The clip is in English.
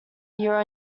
year